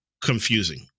confusing